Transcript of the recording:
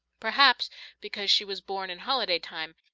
perhaps because she was born in holiday time,